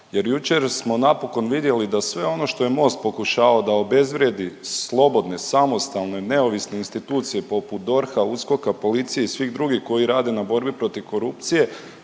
jer jučer smo napokon vidjeli da sve ono što je Most pokušavao da obezvrijedi slobodne, samostalne, neovisne institucije poput DORH-a, USKOK-a, policije i svih drugih koji rade na borbi protiv korupcije,